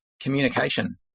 communication